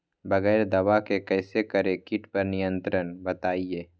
बगैर दवा के कैसे करें कीट पर नियंत्रण बताइए?